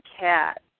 cat